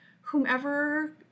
whomever